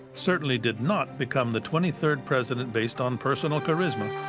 certainly did not become the twenty third president based on personal charisma.